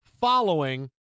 following